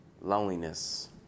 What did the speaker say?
loneliness